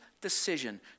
decision